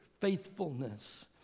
faithfulness